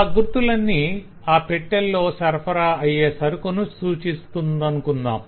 ఆ గుర్తులన్నీ అ పెట్టెల్లో సరఫరా అయ్యే సరుకును సూచిస్తుందనుకొందాం